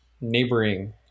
neighboring